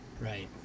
Right